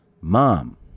mom